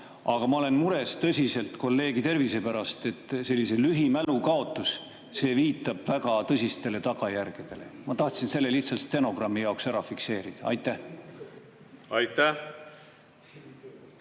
Aga ma olen tõsiselt mures kolleegi tervise pärast, sest selline lühimälu kaotus viitab väga tõsistele tagajärgedele. Ma tahtsin selle lihtsalt stenogrammi jaoks ära fikseerida. Aitäh! Ei,